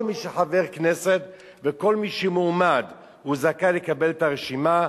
כל מי שחבר כנסת וכל מי שמועמד זכאי לקבל את הרשימה,